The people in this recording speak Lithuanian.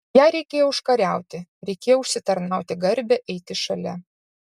ją reikėjo užkariauti reikėjo užsitarnauti garbę eiti šalia